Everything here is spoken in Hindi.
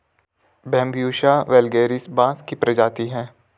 बैम्ब्यूसा वैलगेरिस बाँस की प्रजाति है